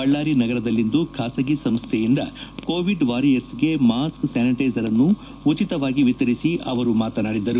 ಬಳ್ದಾರಿ ನಗರದಲ್ಲಿಂದು ಖಾಸಗಿ ಸಂಶ್ಲೆಯಿಂದ ಕೋವಿಡ್ ವಾರಿಯರ್ಸ್ಗೆ ಮಾಸ್ಕ್ ಸ್ಥಾನಿಟ್ಲೆಸರ್ನ್ನು ಉಚಿತವಾಗಿ ವಿತರಿಸಿ ಅವರು ಮಾತನಾಡಿದರು